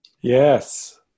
Yes